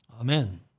Amen